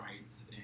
rights